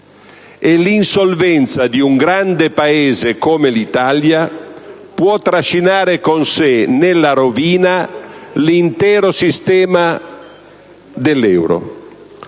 e l'insolvenza di un grande Paese come l'Italia può trascinare con sé nella rovina l'intero sistema dell'euro.